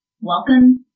Welcome